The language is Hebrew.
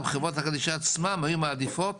גם חברות הקדישא עצמן היו מעדיפות